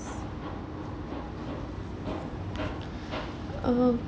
um